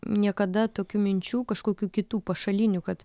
niekada tokių minčių kažkokių kitų pašalinių kad